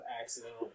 accidental